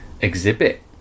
exhibit